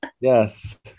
Yes